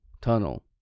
Tunnel